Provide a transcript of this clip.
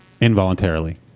involuntarily